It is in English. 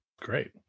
Great